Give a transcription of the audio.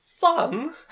fun